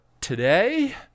today